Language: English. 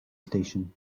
station